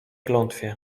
klątwie